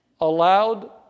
allowed